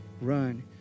Run